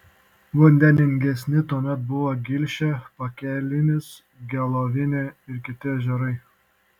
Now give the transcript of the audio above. vandeningesni tuomet buvo gilšė pakelinis gelovinė ir kiti ežerai